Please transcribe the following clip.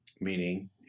Meaning